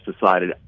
decided